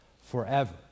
forever